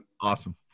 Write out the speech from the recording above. awesome